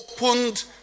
opened